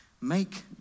Make